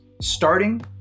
starting